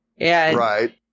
Right